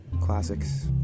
classics